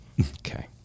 Okay